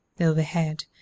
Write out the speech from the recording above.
Overhead